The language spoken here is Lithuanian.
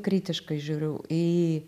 kritiškai žiūriu į